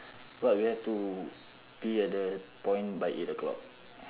what we have to be at the point by eight o'clock